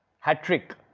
hat-trick.